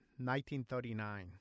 1939